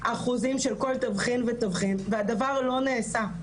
אחוזים של כל תבחין ותבחין והדבר לא נעשה.